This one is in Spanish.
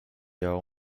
llevaba